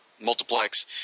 Multiplex